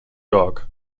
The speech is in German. york